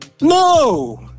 no